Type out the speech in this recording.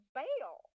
bail